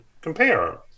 compare